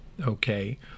okay